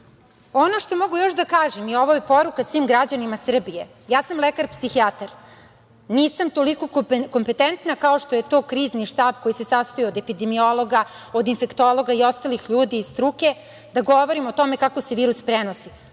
što mogu još da kažem i ovo je poruka svim građanima Srbije, ja sam lekar psihijatar, nisam toliko kompetentna kao što je to Krizni štab, koji se sastoji od epidemiologa, od infektologa i ostalih ljudi iz struke, da govorim o tome kako se virus prenosi.